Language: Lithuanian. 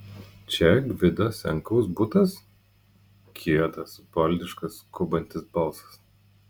čia gvido senkaus butas kietas valdiškas skubantis balsas